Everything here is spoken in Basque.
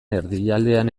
erdialdean